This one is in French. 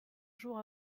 jour